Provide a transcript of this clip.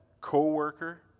co-worker